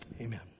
Amen